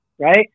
right